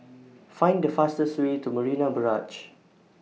Find The fastest Way to Marina Barrage